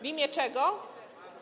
W imię czego?